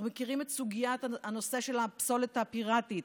אנחנו מכירים את הנושא של הפסולת הפיראטית,